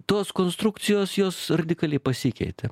tos konstrukcijos jos radikaliai pasikeitė